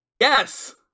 Yes